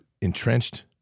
entrenched